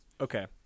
okay